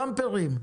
באמפרים,